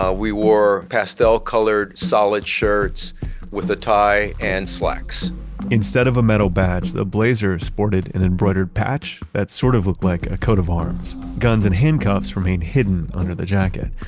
ah we wore pastel-colored solid shirts with a tie and slacks instead of a metal badge, the blazers sported an embroidered patch that sort of looked like a coat of arms. guns and handcuffs remained hidden under the jacket.